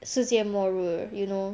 世纪末日 you know